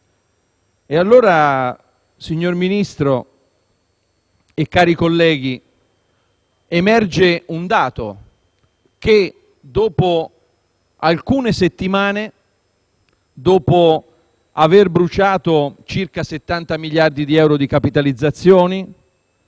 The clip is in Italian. fa parte. Signor Ministro, cari colleghi, emerge un dato dopo alcune settimane, dopo aver bruciato circa 70 miliardi di euro di capitalizzazioni,